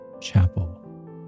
Chapel